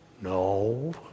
No